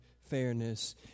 fairness